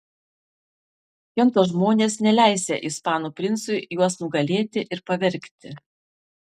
kento žmonės neleisią ispanų princui juos nugalėti ir pavergti